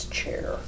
chair